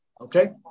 okay